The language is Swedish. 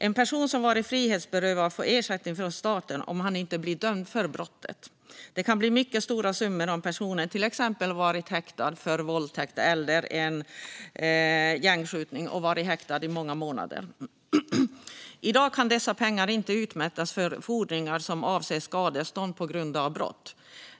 En person som har varit frihetsberövad får ersättning från staten om personen inte blir dömd för brottet. Det kan bli mycket stora summor om personen till exempel varit häktad för våldtäkt eller en gängskjutning och har varit häktad i många månader. I dag kan dessa pengar inte utmätas för fordringar som avser skadestånd på grund av brott.